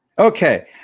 Okay